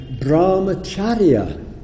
Brahmacharya